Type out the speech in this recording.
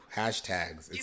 hashtags